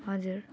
हजुर